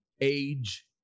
age